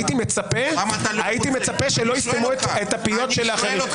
הייתי מצפה הייתי מצפה שלא יסתמו את הפיות של אחרים.